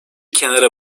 kenara